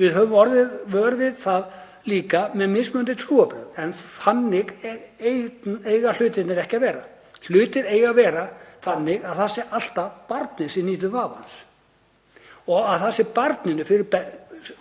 Við höfum orðið vör við það líka með mismunandi trúarbrögð. En þannig eiga hlutirnir ekki að vera. Hlutirnir eiga að vera þannig að það sé alltaf barnið sem nýtur vafans og að það sem er barninu